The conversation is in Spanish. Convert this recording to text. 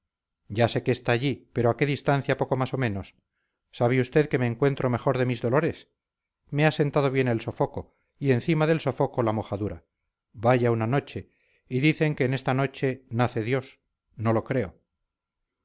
ya sé que está allí pero a qué distancia poco más o menos sabe usted que me encuentro mejor de mis dolores me ha sentado bien el sofoco y encima del sofoco la mojadura vaya una noche y dicen que en esta noche nace dios no lo creo